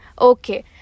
Okay